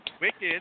wicked